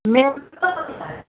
हमे अब कतऽ कतऽ जाय हए